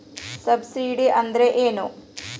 Subsidy ಅಂದ್ರೆ ಏನು?